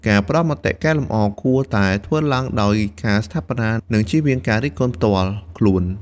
ការផ្ដល់មតិកែលម្អ គួរតែធ្វើឡើងដោយការស្ថាបនា និងជៀសវាងការរិះគន់ផ្ទាល់ខ្លួន។